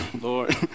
Lord